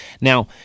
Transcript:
now